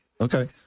Okay